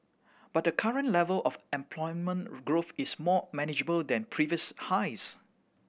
but the current level of employment growth is more manageable than previous highs